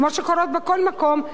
כמו שקורות בכל מקום,